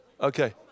Okay